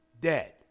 dead